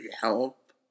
help